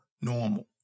normal